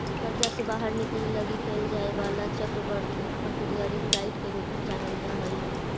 कर्जा से बाहर निकले लगी कैल जाए वाला चरणबद्ध प्रक्रिया रिंग डाइट के रूप में जानल जा हई